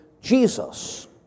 Jesus